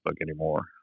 anymore